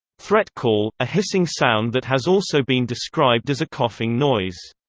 threat call a hissing sound that has also been described as a coughing noise.